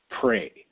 pray